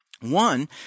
One